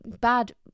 bad